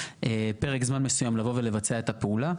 פרק זמן מסוים לבוא ולבצע את הפעולה.